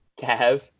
Kev